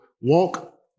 walk